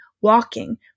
walking